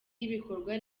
y’ibikorwa